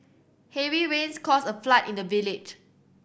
heavy rains caused a flood in the village